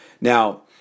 Now